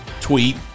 tweet